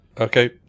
Okay